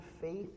faith